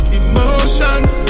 emotions